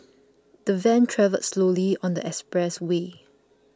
the van travelled slowly on the expressway